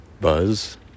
buzz